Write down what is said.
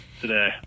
today